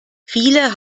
viele